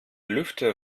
lüfter